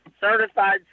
certified